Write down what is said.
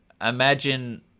imagine